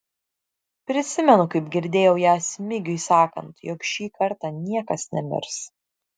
prisimenu kaip girdėjau ją smigiui sakant jog šį kartą niekas nemirs